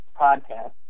podcast